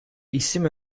isim